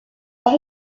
par